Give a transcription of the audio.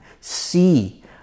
see